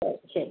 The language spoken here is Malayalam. ആ ശരി